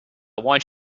want